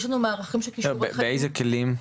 יש לנו מערכים של כישורי חיים- -- באיזה כלים?